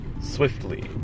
swiftly